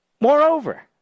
Moreover